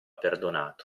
perdonato